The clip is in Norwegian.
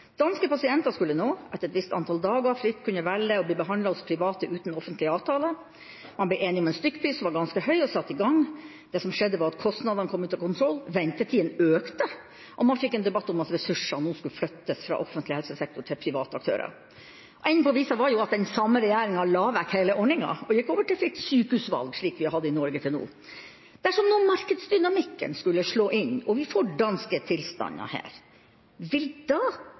Danske pasienter skulle nå, etter et visst antall dager, fritt kunne velge å bli behandlet hos private uten offentlige avtaler. Man ble enig om en stykkpris som var ganske høy, og satte i gang, Det som skjedde, var at kostnadene kom ut av kontroll, ventetidene økte, og man fikk en debatt om at ressursene skulle flyttes fra offentlig helsesektor til private aktører. Enden på visa var at den samme regjeringa la vekk hele ordninga og gikk over til fritt sykehusvalg, slik vi har hatt i Norge til nå. Dersom markedsdynamikken skulle slå inn og vi får danske tilstander her, vil statsråden da